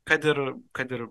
kad ir kad ir